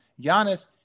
Giannis